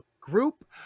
group